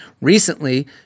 Recently